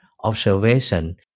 observation